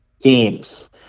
games